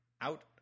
Out